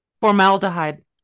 formaldehyde